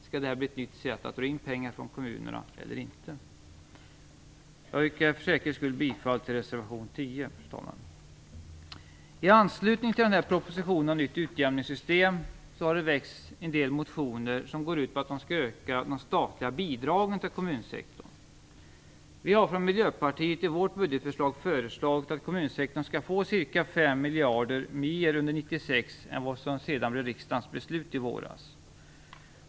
Skall det här bli ett nytt sätt att dra in pengar från kommunerna eller inte? Fru talman! För säkerhets skull yrkar jag bifall till reservation 10. I anslutning till propositionen om ett nytt utjämningssystem har det väckts en del motioner som går ut på att man skall öka de statliga bidragen till kommunsektorn. I vårt budgetförslag har vi i Miljöpartiet föreslagit att kommunsektorn skulle få ca 5 miljarder mer under 1996 än vad som blev riksdagens beslut i våras.